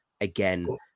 again